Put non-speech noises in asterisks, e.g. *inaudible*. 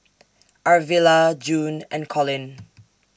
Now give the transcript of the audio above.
Arvilla June and Collin *noise*